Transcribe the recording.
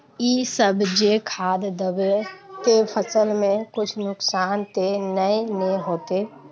इ सब जे खाद दबे ते फसल में कुछ नुकसान ते नय ने होते